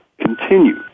continue